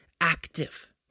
active